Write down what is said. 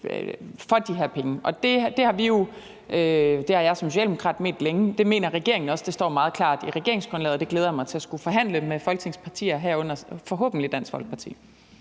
for de her penge. Det har jeg som socialdemokrat ment længe, det mener regeringen også, og det står meget klart i regeringsgrundlaget, og det glæder jeg mig til at skulle forhandle med Folketingets partier om, herunder forhåbentlig Dansk Folkeparti.